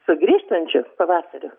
su grįžtančiu pavasariu